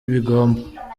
bigomba